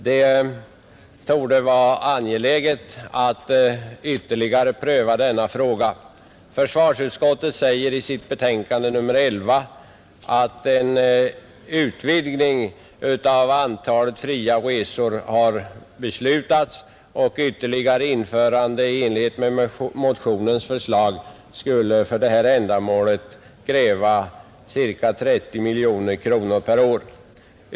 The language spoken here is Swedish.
Det torde vara angeläget att ytterligare pröva denna fråga. Försvarsutskottet säger i sitt betänkande nr 11 att en utökning av antalet fria resor har beslutats och att införandet av ytterligare fria resor i enlighet med motionärernas förslag skulle kräva ca 30 miljoner kronor per år.